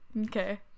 Okay